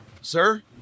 sir